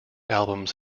albums